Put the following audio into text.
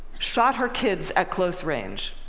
shot her kids at close range,